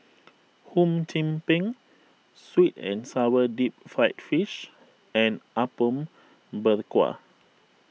Hum Chim Peng Sweet and Sour Deep Fried Fish and Apom Berkuah